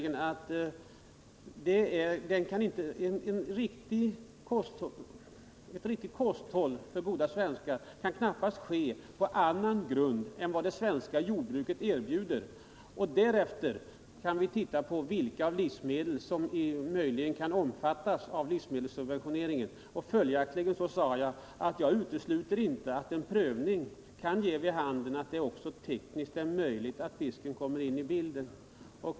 Ett riktigt kosthåll för goda svenskar kan knappast läggas på annan grund än vad det svenska jordbruket erbjuder. Därefter kan vi titta på vilka livsmedel som möjligen kan omfattas av livsmedelssubventioneringen. Följaktligen sade jag att jag inte utesluter att en prövning kan ge vid handen att det också tekniskt är möjligt att låta fisken komma in i bilden.